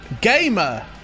Gamer